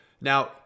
Now